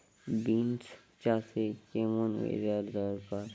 Beans চাষে কেমন weather দরকার?